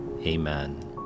Amen